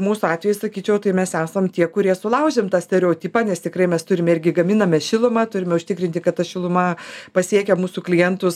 mūsų atveju sakyčiau tai mes esam tie kurie sulaužėm tą stereotipą nes tikrai mes turime irgi gaminame šilumą turime užtikrinti kad ta šiluma pasiekia mūsų klientus